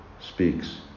speaks